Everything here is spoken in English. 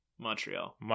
Montreal